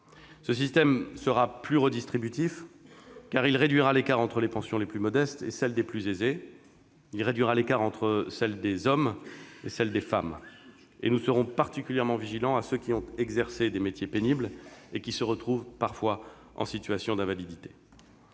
Ce système sera plus redistributif, car il réduira l'écart entre les pensions des plus modestes et celles des plus aisés, ainsi qu'entre celles des hommes et celles des femmes. Nous serons particulièrement vigilants envers ceux qui ont exercé des métiers pénibles et qui se retrouvent, parfois, en situation d'invalidité.